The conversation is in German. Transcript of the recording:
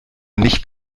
nicht